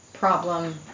problem